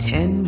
Ten